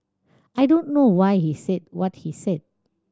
I don't know why he said what he said